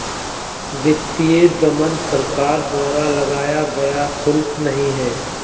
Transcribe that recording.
वित्तीय दमन सरकार द्वारा लगाया गया शुल्क नहीं है